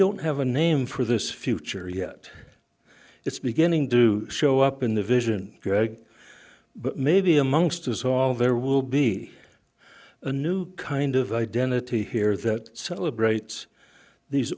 don't have a name for this future yet it's beginning do show up in the vision greg but maybe amongst us all there will be a new kind of identity here that celebrates these